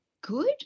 good